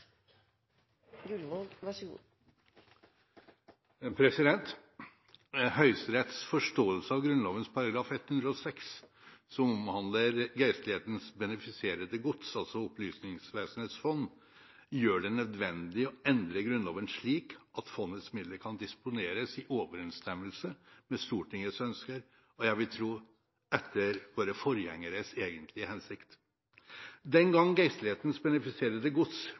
Høyesteretts forståelse av Grunnloven § 106, som omhandler geistlighetens benefiserte gods, altså Opplysningsvesenets fond, gjør det nødvendig å endre Grunnloven, slik at fondets midler kan disponeres i overenstemmelse med Stortingets ønsker, og jeg vil tro etter våre forgjengeres egentlige hensikt. Den gangen geistlighetens benefiserte gods